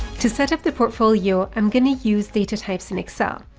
to set up the portfolio, i'm going to use data types in excel.